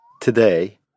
today